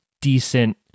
decent